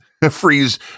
freeze